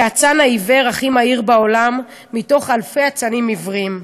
כאצן העיוור הכי מהיר בעולם מתוך אלפי אצנים עיוורים,